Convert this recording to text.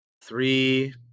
Three